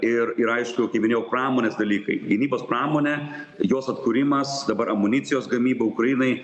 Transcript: ir ir aišku kaip minėjau pramonės dalykai gynybos pramonė jos atkūrimas dabar amunicijos gamyba ukrainai